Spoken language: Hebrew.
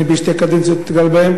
אני בשתי קדנציות נתקל בה,